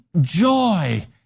joy